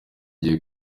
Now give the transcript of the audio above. gihe